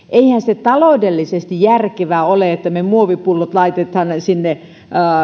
se taloudellisesti järkevää ole että me muovipullot laitamme sinne